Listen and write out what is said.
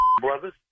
brothers